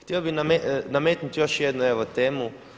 Htio bih nametnuti još jednu evo temu.